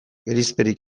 gerizperik